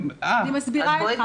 אני מסבירה לך.